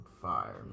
fire